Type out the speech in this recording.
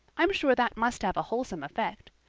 i'm sure that must have a wholesome effect.